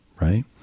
right